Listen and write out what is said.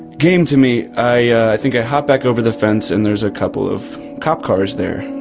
game to me, i i think i hop back over the fence, and there's a couple of cop cars there.